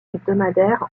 hebdomadaire